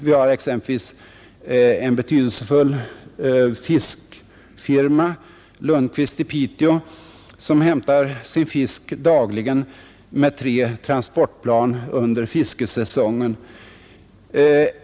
Vi har exempelvis en betydelsefull fiskfirma, Axel Lundkvist i Piteå, som hämtar sin fisk dagligen med tre transportplan under fiskesäsongen.